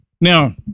Now